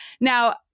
Now